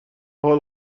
حال